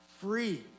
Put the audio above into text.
Free